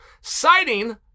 Citing